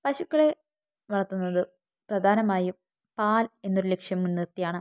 പശുക്കളെ വളർത്തുന്നത് പ്രധാനമായും പാൽ എന്നൊരു ലക്ഷ്യം മുൻനിർത്തിയാണ്